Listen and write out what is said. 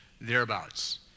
thereabouts